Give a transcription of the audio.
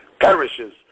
perishes